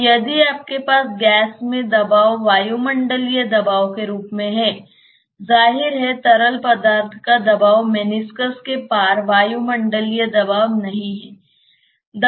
तो यदि आपके पास गैस में दबाव वायुमंडलीय दबाव के रूप में है जाहिर है तरल पदार्थ का दबाव मेनिस्कस के पार वायुमंडलीय दबाव नहीं है